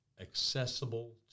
accessible